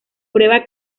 prueba